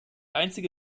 einzige